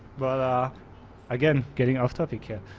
but again, getting off topic, yeah